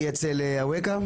היא אצל אווקה.